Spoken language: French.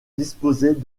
disposait